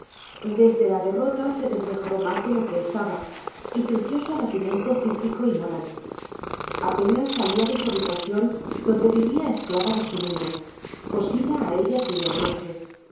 desde la derrota se desmejoró más de lo que estaba y creció su abatimiento físico y moral apenas salía de su habitación donde vivía esclava de su niña cosida a ella día y noche